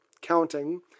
counting